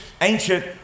ancient